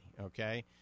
Okay